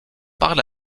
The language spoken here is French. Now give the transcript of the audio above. parle